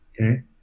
Okay